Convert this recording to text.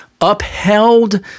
upheld